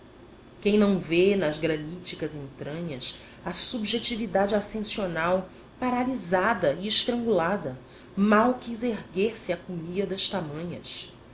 quem não vê nas graníticas entranhas a subjetividade ascensional paralisada e estrangulada mal quis erguer-se a cumíadas tamanhas